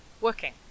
working